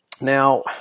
Now